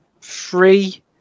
three